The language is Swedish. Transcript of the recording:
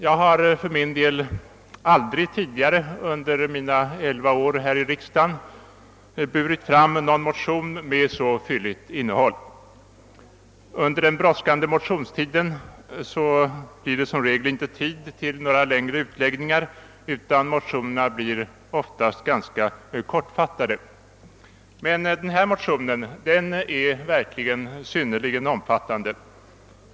Jag har för min del aldrig tidigare under mina elva år här i riksdagen burit fram en motion med så fylligt innehåll. Under den brådskande motionstiden blir det som regel inte tid till några längre utläggningar, utan motionerna blir oftast ganska kortfattade. Men denna motion är verkligen synnerligen omfattande.